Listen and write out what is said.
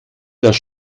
das